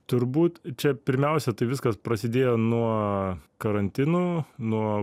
turbūt čia pirmiausia tai viskas prasidėjo nuo karantinų nuo